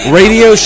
radio